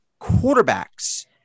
quarterbacks